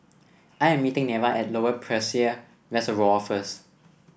I am meeting Neva at Lower Peirce Reservoir first